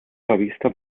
revista